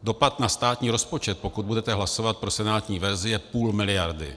Dopad na státní rozpočet, pokud budete hlasovat pro senátní verzi, je půl miliardy.